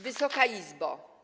Wysoka Izbo!